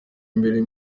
imbere